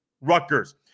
Rutgers